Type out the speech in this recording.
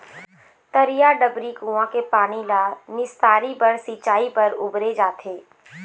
तरिया, डबरी, कुँआ के पानी ल निस्तारी बर, सिंचई बर बउरे जाथे